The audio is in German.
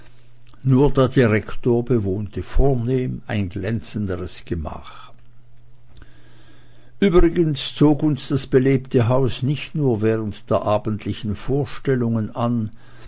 nur der direktor bewohnte vornehm ein glänzenderes gemach übrigens zog uns das belebte haus nicht nur während der abendlichen vorstellungen an